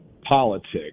politics